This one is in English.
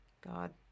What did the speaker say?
God